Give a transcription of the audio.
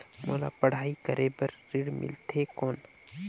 मोला पढ़ाई करे बर ऋण मिलथे कौन?